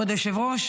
כבוד היושב-ראש,